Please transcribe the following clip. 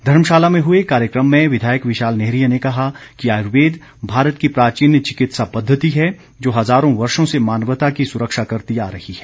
धर्मशाला में हुए कार्यक्रम में विधायक विशाल नेहरिया ने कहा कि आयुर्वेद भारत की प्राचीन चिकित्सा पद्धति है जो हज़ारों वर्षो से मानवता की सुरक्षा करती आ रही है